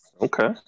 Okay